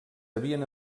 havien